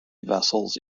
vessels